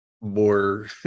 more